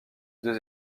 deux